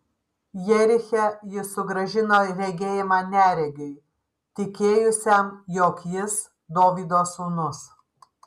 jeriche jis sugrąžino regėjimą neregiui tikėjusiam jog jis dovydo sūnus